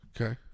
okay